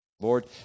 Lord